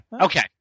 Okay